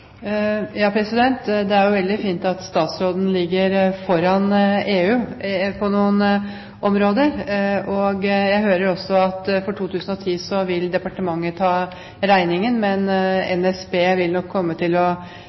Det er veldig fint at statsråden ligger foran EU på noen områder. Jeg hører også at for 2010 vil departementet ta regningen. Men NSB vil nok komme til å